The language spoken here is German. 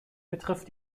betrifft